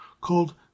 called